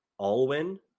alwyn